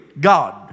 God